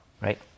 right